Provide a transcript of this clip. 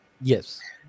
yes